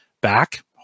Back